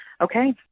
Okay